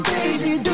Daisy